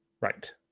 Right